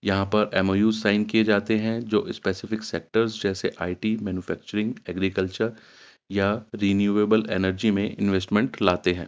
یہاں پر M O Us sign کیے جاتے ہیں جو اسپیسفک سیکٹرز جیسے آئی ٹی مینوفیکچرنگ ایگریکلچر یا رینیویبل انرجی میں انویسٹمنٹ لاتے ہیں